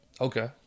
Okay